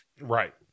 right